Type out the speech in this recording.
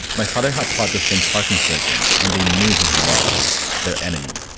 my father had fought those same farc insurgents and they knew who he was their enemy.